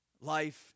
life